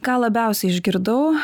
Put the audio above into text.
ką labiausiai išgirdau